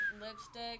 lipstick